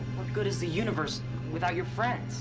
what good is the universe without your friends